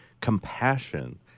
compassion